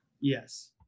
Yes